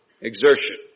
exertion